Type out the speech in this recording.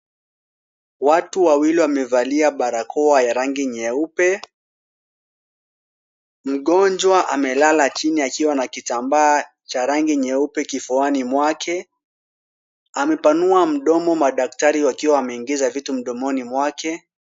Watu wawili wamevalia barakoa ya rangi nyeupe. Mgonjwa amelala chini akiwa na kitambaa cha rangi nyeupe kifuani mwake. Amepanua mdomo madaktari wakiwa wameingiza vitu mdomoni mwake.